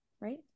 right